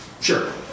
Sure